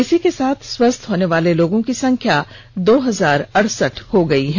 इसी के साथ स्वस्थ होने वाले लोगों की संख्या दो हजार अड़सठ हो गई है